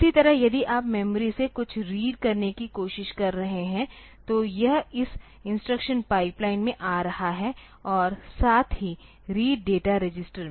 इसी तरह यदि आप मेमोरी से कुछ रीड करने की कोशिश कर रहे हैं तो यह इस इंस्ट्रक्शन पाइपलाइन में आ रहा है और साथ ही रीड डाटा रजिस्टर में